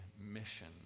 mission